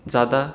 زیادہ